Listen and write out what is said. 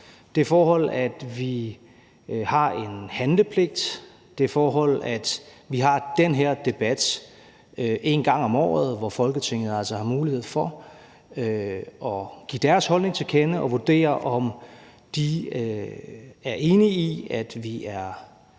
det forhold, at vi har en handlepligt; det forhold, at vi har den her debat en gang om året, hvor Folketinget altså har mulighed for at give deres holdning til kende og vurdere, om de er enige i, at vi er